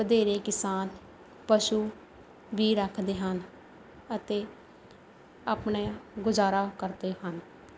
ਵਧੇਰੇ ਕਿਸਾਨ ਪਸ਼ੂ ਵੀ ਰੱਖਦੇ ਹਨ ਅਤੇ ਆਪਣਾ ਗੁਜ਼ਾਰਾ ਕਰਦੇ ਹਨ